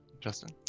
Justin